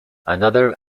another